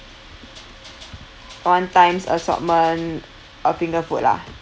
one times assortment of finger food lah